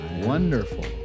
Wonderful